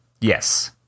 Yes